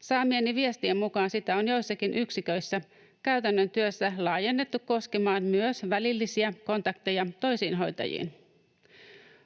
Saamieni viestien mukaan sitä on joissakin yksiköissä käytännön työssä laajennettu koskemaan myös välillisiä kontakteja toisiin hoitajiin.